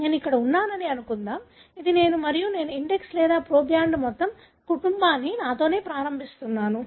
నేను ఇక్కడ ఉన్నానని అనుకుందాం ఇది నేను మరియు నేను ఇండెక్స్ లేదా ప్రోబ్యాండ్గా మొత్తం కుటుంబాన్ని నాతోనే ప్రారంభి స్తున్నాను